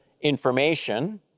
information